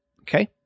okay